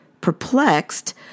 perplexed